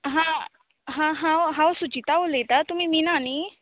आं हां हांव हांव सुचिता उलयता तुमी मीना न्ही